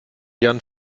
jan